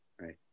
Right